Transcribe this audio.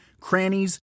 crannies